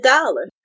Dollar